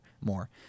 more